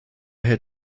herr